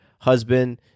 husband